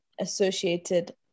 associated